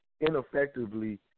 ineffectively